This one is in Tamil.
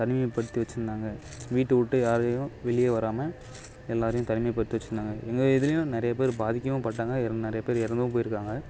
தனிமைப்படுத்தி வைச்சிருந்தாங்க வீட்டை விட்டு யாரையும் வெளியே வராமல் எல்லோரையும் தனிமைப்படுத்தி வைச்சிருந்தாங்க எங்கள் இதிலையும் நிறைய பேர் பாதிக்கவும்பட்டாங்க இதில் நிறையா பேர் இறந்தும் போயிருக்காங்க